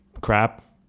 crap